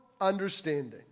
understanding